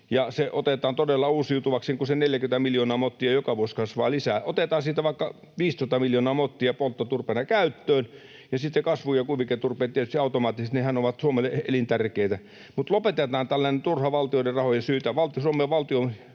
ja se otetaan todella uusiutuvaksi, kun se 40 miljoonaa mottia joka vuosi kasvaa lisää. Otetaan siitä vaikka 15 miljoonaa mottia polttoturpeena käyttöön ja sitten kasvu- ja kuiviketurpeet tietysti automaattisesti. Nehän ovat Suomelle elintärkeitä. Lopetetaan tällainen turha Suomen valtion rahojen eli